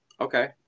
Okay